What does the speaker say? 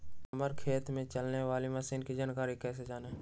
हमारे खेत में चलाने वाली मशीन की जानकारी कैसे जाने?